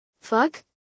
Fuck